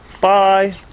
bye